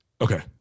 Okay